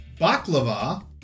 Baklava